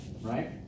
right